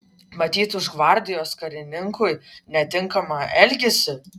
matyt už gvardijos karininkui netinkamą elgesį